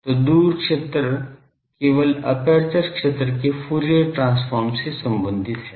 तो दूर क्षेत्र केवल एपर्चर क्षेत्र के फूरियर ट्रांसफॉर्म से संबंधित है